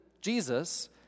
Jesus